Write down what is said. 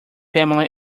pamela